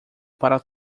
para